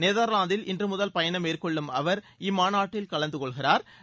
நெதர்லாந்தில் இன்றுமுதல் பயணம்மேற்கொள்ளும் அவர் இம்மாநாட்டில் கலந்த்கொள்கிறாா்